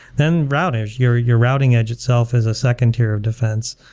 then, routers, your your routing edge itself is a second tier of defense.